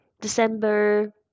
December